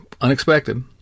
unexpected